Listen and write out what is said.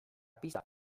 pista